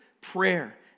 prayer